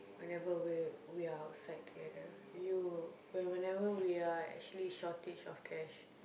whenever we we are outside together you when~ whenever we are actually shortage of cash